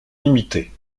limitée